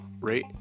rate